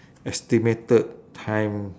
estimated time